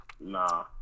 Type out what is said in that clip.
nah